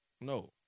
No